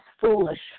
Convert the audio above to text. foolish